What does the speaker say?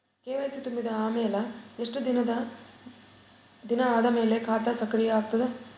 KYC ತುಂಬಿದ ಅಮೆಲ ಎಷ್ಟ ದಿನ ಆದ ಮೇಲ ಖಾತಾ ಸಕ್ರಿಯ ಅಗತದ?